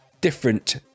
different